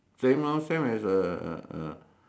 famous same as uh uh uh